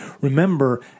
Remember